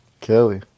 Kelly